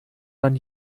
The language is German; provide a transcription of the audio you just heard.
man